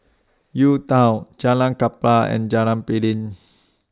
UTown Jalan Klapa and Jalan Piring